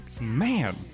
man